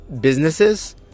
businesses